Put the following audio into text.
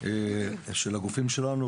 של הגופים שלנו.